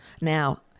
Now